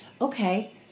okay